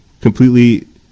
completely